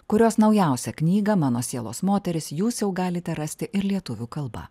kurios naujausią knygą mano sielos moteris jūs jau galite rasti ir lietuvių kalba